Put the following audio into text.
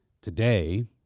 Today